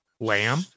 lamb